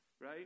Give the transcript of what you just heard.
Right